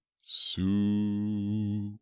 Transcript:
soup